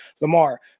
Lamar